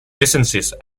licenses